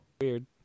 weird